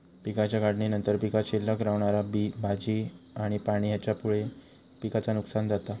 पिकाच्या काढणीनंतर पीकात शिल्लक रवणारा बी, भाजी आणि पाणी हेच्यामुळे पिकाचा नुकसान जाता